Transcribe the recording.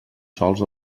sols